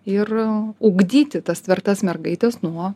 ir ugdyti tas tvirtas mergaites nuo